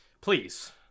please